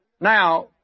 Now